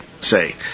say